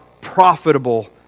profitable